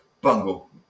Bungle